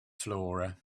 flora